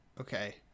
Okay